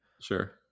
Sure